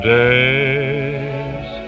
days